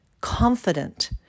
confident